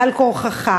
על-כורחך.